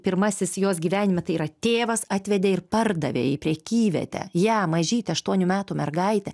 pirmasis jos gyvenime tai yra tėvas atvedė ir pardavė į prekyvietę ją mažytę aštuonių metų mergaitę